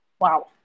wow